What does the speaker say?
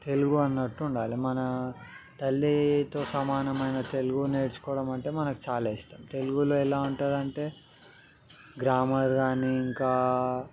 తెలుగు అన్నట్టు ఉండాలి మన తల్లితో సమానమైన తెలుగు నేర్చుకోవడం అంటే మనకు చాలా ఇష్టం తెలుగులో ఎలా ఉంటుంది అంటే గ్రామర్ కానీ ఇంకా